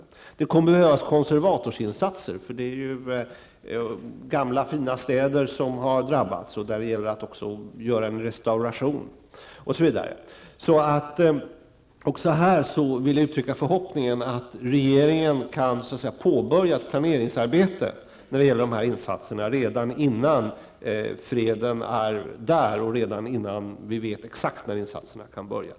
Det kommer att behövas konservatorsinsatser eftersom det är gamla fina städer som har drabbats. Där gäller det att också göra en restauration. Även här vill jag uttrycka förhoppningen att regeringen kan påbörja ett planeringsarbete när det gäller de här insatserna redan innan freden har kommit och redan innan vi vet exakt när insatserna kan påbörjas.